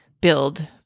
build